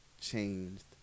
changed